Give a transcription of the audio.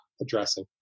addressing